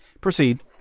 Proceed